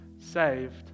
Saved